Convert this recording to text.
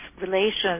relations